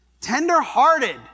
tenderhearted